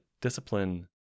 discipline